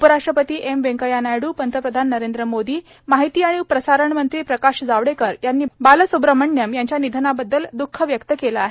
उपराष्ट्रपती एम वेन्कैया नायडू पंतप्रधान नरेंद्र मोदी माहिती आणि प्रसारण मंत्री प्रकाश जावडेकर यांनी बालस्ब्रमण्यम यांच्या निधनाबद्दल द्ख व्यक्त केलं आहे